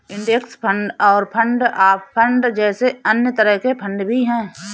index fund और fund of fund जैसे अन्य तरह के फण्ड भी हैं